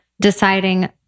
deciding